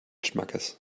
schmackes